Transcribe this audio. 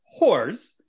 whores